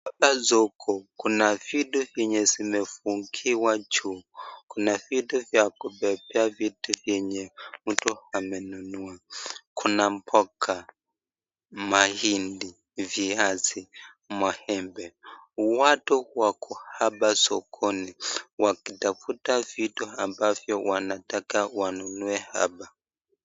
Hapa ni soko kuna vitu zenye zimefungiwa juu kuna vitu vya kubebea vitu vyenye mtu amenunua kuna mboga, kuna maindi, viazi na maembe. Watu wako hapa sokoni wakitafuta vitu ambavyo wanataka wanunue hapa.